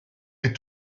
est